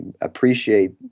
appreciate